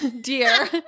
dear